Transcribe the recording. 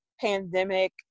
pandemic